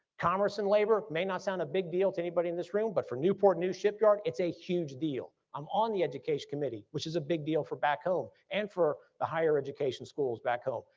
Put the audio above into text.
commerce and labor may not sound a big deal to anybody in this room, but for newport news shipyard it's a huge deal. i'm on the education committee which is a big deal for back home and for the higher education schools back home.